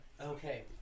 Okay